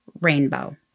Rainbow